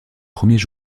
premiers